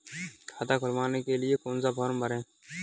खाता खुलवाने के लिए कौन सा फॉर्म भरें?